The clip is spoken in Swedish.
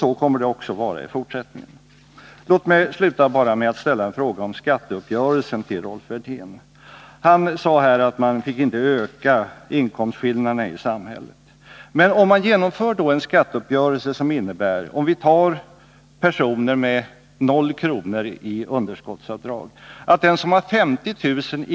Så kommer det att vara också i fortsättningen. Låt mig sluta med att ställa en fråga om skatteuppgörelsen till Rolf Wirtén. Han sade att man inte fick öka inkomstskillnaderna i samhället. Men om man genomför en skatteuppgörelse som innebär — vi tar personer med 0 kr. i underskottsavdrag— att den som har 50 000 kr.